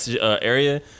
area